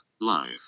life